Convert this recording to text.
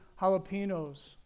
jalapenos